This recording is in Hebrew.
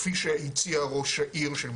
כפי שהציע ראש העיר של מע'אר,